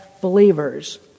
believers